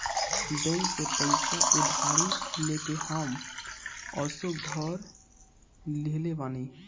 bank से पईसा उधारी लेके हम असो घर लीहले बानी